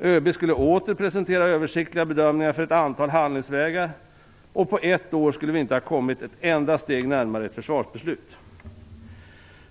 ÖB skulle åter få presentera översiktliga bedömningar för ett antal handlingsvägar, och på ett år skulle vi inte komma ett enda steg närmare ett försvarsbeslut.